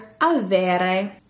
avere